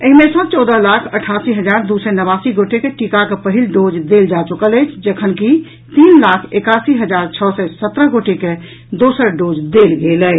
एहि मे सँ चौदह लाख अठासी हजार दू सय नवासी गोटे के टीकाक पहिल डोज देल जा चुकल अछि जखनकि तीन लाख एकासी हजार छओ सय सत्रह गोटे के दोसर डोज देल गेल अछि